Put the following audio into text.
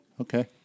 Okay